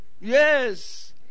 Yes